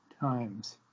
times